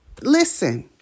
Listen